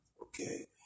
okay